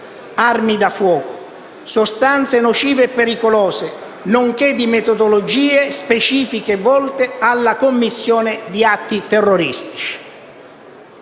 armi da fuoco, sostanze nocive e pericolose, nonché di metodologie specifiche volte alla commissione di atti terroristici.